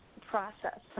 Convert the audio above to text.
process